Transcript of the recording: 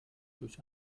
durch